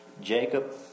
Jacob